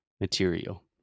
material